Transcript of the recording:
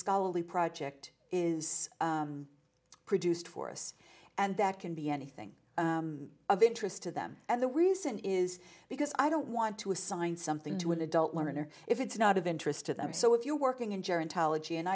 scholarly project is produced for us and that can be anything of interest to them and the reason is because i don't want to assign something to an adult learner if it's not of interest to them so if you're working in ger